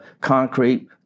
concrete